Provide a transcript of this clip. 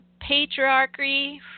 patriarchy